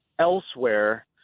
elsewhere